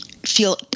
feel